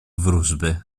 wróżby